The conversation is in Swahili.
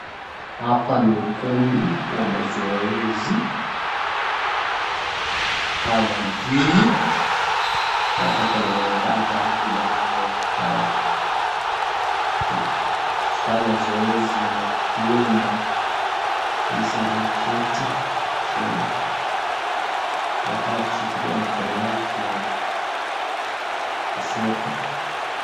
Hapa ni ukumbi wa mazoezi ama j gymu ambapo kuna mwanadada ambaye anaonekana kufanya zoezi na vyuma hizi ameketi chini. Anaonekana kushikilia mkono wake wa kushoto.